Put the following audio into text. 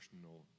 personal